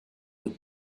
with